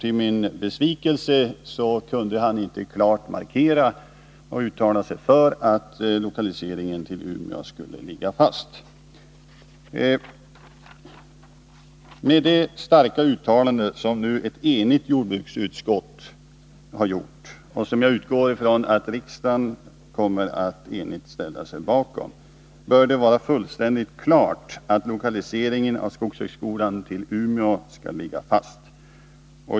Till min besvikelse kunde han inte klart uttala sig för att lokaliseringen till Umeå skulle ligga fast. Med det starka uttalande som ett enigt jordbruksutskott nu har gjort — och som jag utgår från att riksdagen enhälligt kommer att ställa sig bakom — bör det vara fullständigt klart att beslutet om lokaliseringen av skogshögskolan till Umeå skall ligga fast.